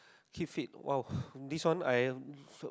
keep fit !wow! this one I